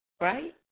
right